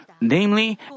Namely